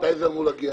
מתי זה אמור להגיע?